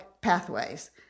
pathways